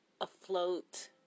afloat